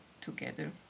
together